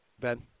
Ben